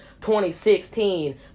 2016